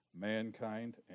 mankind